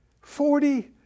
Forty